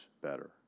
better